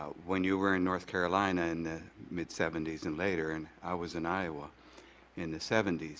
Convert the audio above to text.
when you were in north carolina in mid seventy s and later and i was an iowa in the seventy s.